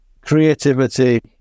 creativity